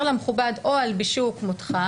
אומר למכובד: או הלבישוהו כמותך,